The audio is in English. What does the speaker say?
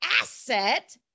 asset